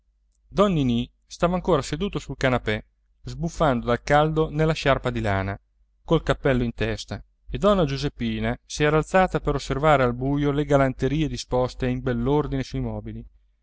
ninì stava ancora seduto sul canapè sbuffando dal caldo nella sciarpa di lana col cappello in testa e donna giuseppina si era alzata per osservare al buio le galanterie disposte in bell'ordine sui mobili